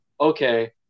okay